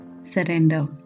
Surrender